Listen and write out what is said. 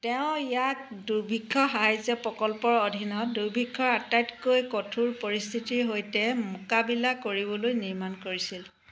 তেওঁ ইয়াক দুৰ্ভিক্ষ সাহায্য প্ৰকল্পৰ অধীনত দুৰ্ভিক্ষৰ আটাইতকৈ কঠোৰ পৰিস্থিতিৰ সৈতে মোকাবিলা কৰিবলৈ নিৰ্মাণ কৰিছিল